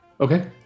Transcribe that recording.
okay